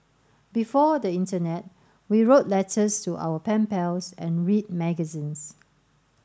before the internet we wrote letters to our pen pals and read magazines